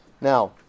Now